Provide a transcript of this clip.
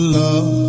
love